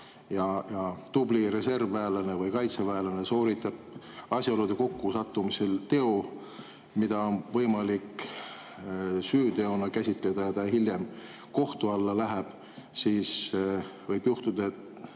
ja tubli reservväelane või kaitseväelane sooritab asjaolude kokkusattumisel teo, mida on võimalik süüteona käsitleda, ja ta hiljem kohtu alla läheb, siis võib juhtuda, et